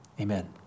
amen